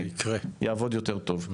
יעבוד יותר טוב.